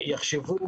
יחשבו,